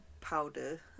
powder